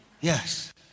Yes